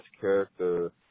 character